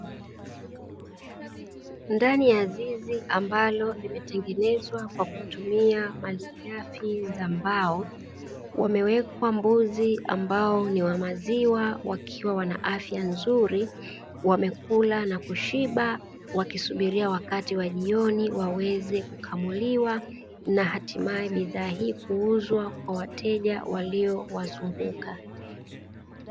Ndani ya zizi ambalo limetengenezwa kwa kutumia malighafi za mbao, wamewekwa mbuzi ambao ni wa maziwa wakiwa wana afya nzuri, wamekula na kushiba wakisubiria wakati wa jioni waweze kukamuliwa, na hatimaye bidhaa hii kuuzwa kwa wateja waliowazunguka.